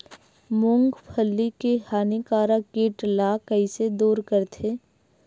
मूंगफली के हानिकारक कीट ला कइसे दूर करथे?